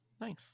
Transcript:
Nice